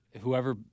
whoever